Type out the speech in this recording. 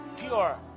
pure